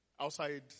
Outside